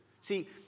See